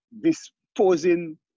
disposing